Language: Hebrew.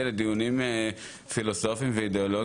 לדיונים פילוסופיים ואידאולוגיים,